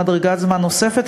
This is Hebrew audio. מדרגת זמן נוספת,